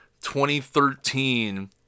2013